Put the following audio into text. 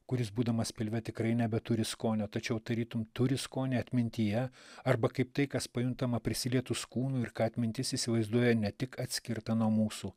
kuris būdamas pilve tikrai nebeturi skonio tačiau tarytum turi skonį atmintyje arba kaip tai kas pajuntama prisilietus kūnu ir ką atmintis įsivaizduoja ne tik atskirta nuo mūsų